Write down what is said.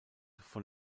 von